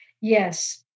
Yes